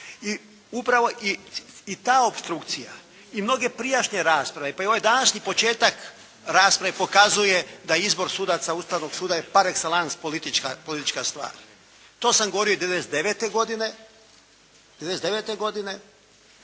I upravo i ta opstrukcija i mnoge prijašnje rasprave, pa i ovaj današnji početak rasprave pokazuje da je izbor sudaca Ustavnog suda je par excellence politička stvar. To sam govorio i '99. godine,